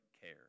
care